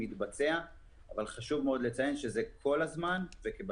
מתבצע אבל חשוב מאוד לציין שזה מתבצע כל הזמן וכבשגרה.